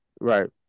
Right